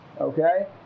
okay